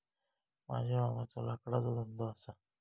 माझ्या मामाचो लाकडाचो धंदो असा